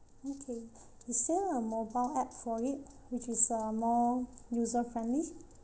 okay is there a mobile app for it which is uh more user friendly